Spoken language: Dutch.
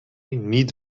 niet